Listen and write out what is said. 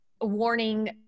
warning